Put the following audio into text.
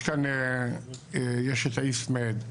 יש את האיסטמד,